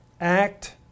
act